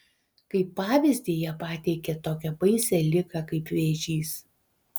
kaip pavyzdį jie pateikė tokią baisią ligą kaip vėžys